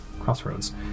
crossroads